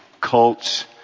cults